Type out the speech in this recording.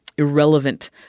Irrelevant